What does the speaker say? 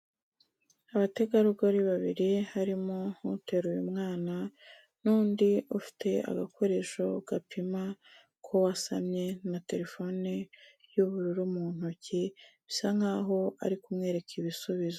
Abategarugori babiri harimo uteruye umwana n'undi ufite agakoresho gapima ko wasamye na terefone y'ubururu mu ntoki, bisa nkaho ari kumwereka ibisubizo.